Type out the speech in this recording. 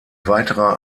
weiterer